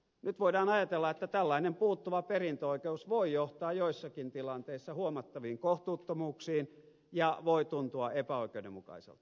nyt voidaan ajatella että tällainen puuttuva perintöoikeus voi johtaa joissakin tilanteissa huomattaviin kohtuuttomuuksiin ja voi tuntua epäoikeudenmukaiselta